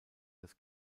das